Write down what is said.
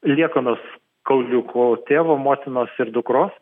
liekanos kauliukų tėvo motinos ir dukros